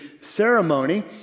ceremony